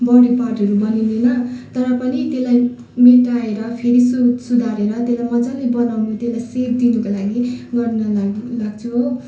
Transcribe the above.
body पार्टहरू बनिँदैन तर पनि त्यसलाई मेटाएर फेरि सु सुधारेर त्यसलाई मजाले बनाउने त्यसलाई सेप दिनुको लागि गर्न लागि लाग्छु हो